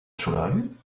soroll